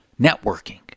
Networking